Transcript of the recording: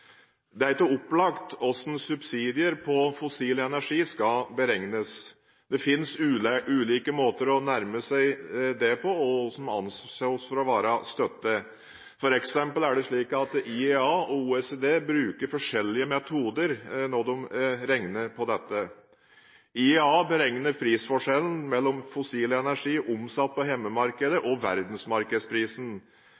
Det er ikke opplagt hvordan subsidier til fossil energi skal beregnes. Det finnes ulike tilnærminger til hva som anses å være støtte. For eksempel brukes IEA og OECD forskjellige metoder i sine beregninger. IEA beregner subsidiene som prisforskjellen mellom fossil energi omsatt på